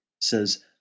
says